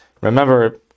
remember